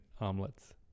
omelets